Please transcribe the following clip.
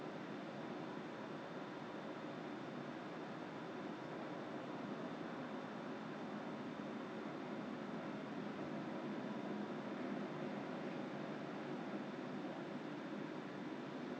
mmhmm